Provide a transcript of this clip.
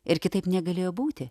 ir kitaip negalėjo būti